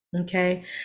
Okay